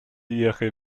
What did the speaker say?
ihre